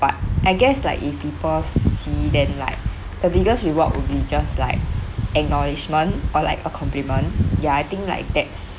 but I guess like if people see then like the biggest reward would be just like acknowledgement or like a compliment ya I think like that's